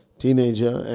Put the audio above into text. teenager